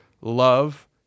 love